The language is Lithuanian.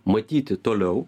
matyti toliau